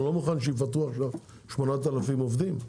אני לא מוכן שיפטרו עכשיו כ-8,000 עובדים,